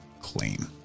clean